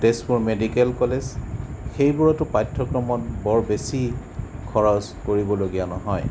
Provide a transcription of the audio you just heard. Tezpur medical college সেইবোৰতো পাঠ্যক্ৰমত বৰ বেছি খৰচ কৰিবলগীয়া নহয়